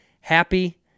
happy